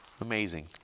amazing